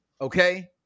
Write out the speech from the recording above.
okay